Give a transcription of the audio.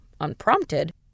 unprompted